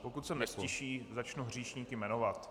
Pokud se neztiší, začnu hříšníky jmenovat.